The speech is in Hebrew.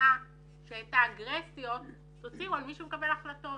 מציעה שאת האגרסיות תוציאו על מי שמקבל החלטות.